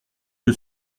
que